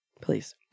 Please